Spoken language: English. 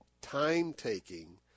time-taking